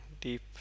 deep